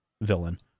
villain